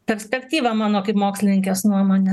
perspektyva mano kaip mokslininkės nuomone